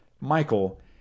michael